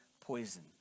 poison